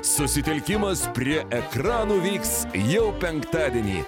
susitelkimas prie ekranų vyks jau penktadienį